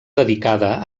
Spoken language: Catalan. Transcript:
dedicada